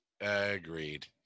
Agreed